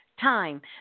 time